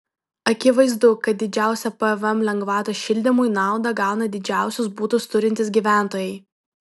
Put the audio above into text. akivaizdu kad didžiausią pvm lengvatos šildymui naudą gauna didžiausius butus turintys gyventojai